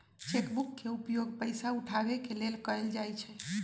cheque book के उपयोग पइसा उठाबे के लेल कएल जाइ छइ